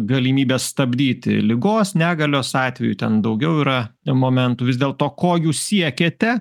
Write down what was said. galimybės stabdyti ligos negalios atveju ten daugiau yra momentų vis dėlto ko jūs siekiate